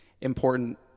important